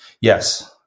Yes